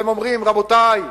והם אומרים: רבותי,